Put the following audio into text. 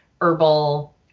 herbal